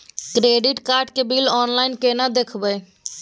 Credit card के bill online केना देखबय?